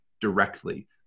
directly